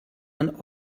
man